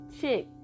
chick